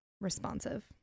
responsive